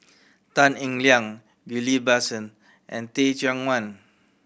Tan Eng Liang Ghillie Basan and Teh Cheang Wan